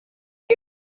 mae